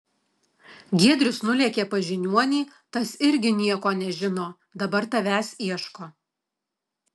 giedrius nulėkė pas žiniuonį tas irgi nieko nežino dabar tavęs ieško